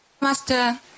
Master